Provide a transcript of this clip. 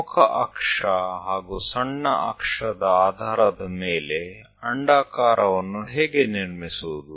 ಪ್ರಮುಖ ಅಕ್ಷ ಹಾಗೂ ಸಣ್ಣ ಅಕ್ಷದ ಆಧಾರದ ಮೇಲೆ ಅಂಡಾಕಾರವನ್ನು ಹೇಗೆ ನಿರ್ಮಿಸುವುದು